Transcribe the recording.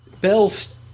Bell's